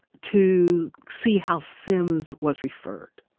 to see how sims was referred.